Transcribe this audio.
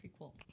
Prequel